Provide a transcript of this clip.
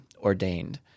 ordained